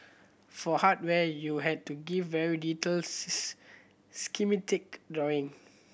for hardware you had to give very detailed schematic drawing